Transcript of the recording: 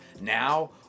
now